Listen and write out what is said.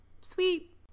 Sweet